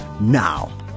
now